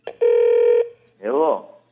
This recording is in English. Hello